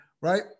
right